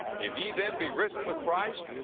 if ye then be risen with christ,